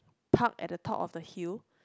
park at the top of the hill